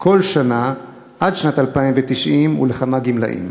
כל שנה עד שנת 2090, ולכמה גמלאים?